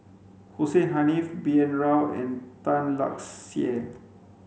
Hussein Haniff B N Rao and Tan Lark Sye